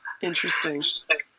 Interesting